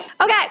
Okay